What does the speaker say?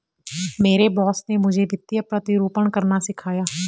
मेरे बॉस ने मुझे वित्तीय प्रतिरूपण करना सिखाया